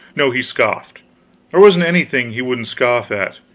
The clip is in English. no, he scoffed there wasn't anything he wouldn't scoff at.